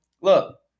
look